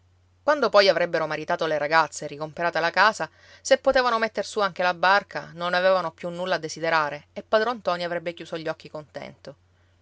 quando poi avrebbero maritato le ragazze e ricomperata la casa se potevano metter su anche la barca non avevano più nulla a desiderare e padron ntoni avrebbe chiuso gli occhi contento